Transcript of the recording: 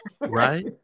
Right